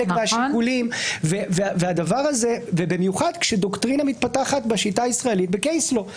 מהשיקולים ובמיוחד כאשר דוקטרינה מתפתחת בשיטה הישראלית בקייס לאו,